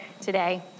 today